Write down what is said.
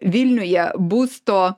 vilniuje būsto